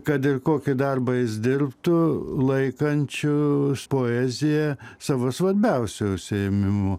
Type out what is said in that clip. kad ir kokį darbą jis dirbtų laikančiu poeziją savo svarbiausiu užsiėmimu